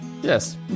Yes